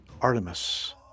Artemis